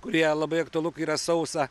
kurie labai aktualu kai yra sausa